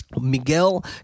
Miguel